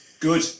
Good